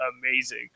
Amazing